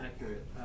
accurate